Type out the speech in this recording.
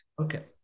Okay